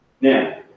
Now